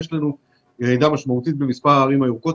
יש לנו ירידה משמעותית במספר הערים הירוקות.